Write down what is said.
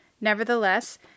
Nevertheless